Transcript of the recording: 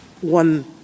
one